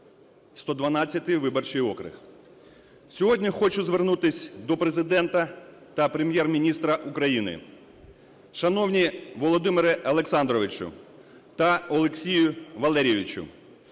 112 виборчий округ. Сьогодні хочу звернутися до Президента та Прем'єр-міністра України. Шановні Володимире Олександровичу та Олексію Валерійовичу,